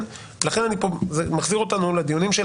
אני אומר שאפילו שאם אני מקבל את השיטה הזאת של מנגנון של פינג פונג,